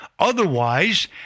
Otherwise